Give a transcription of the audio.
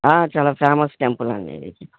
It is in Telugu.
ఆ చాలా ఫేమస్ టెంపుల్ అండి ఇది